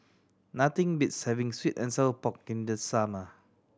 nothing beats having sweet and sour pork in the summer